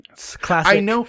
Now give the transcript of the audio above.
Classic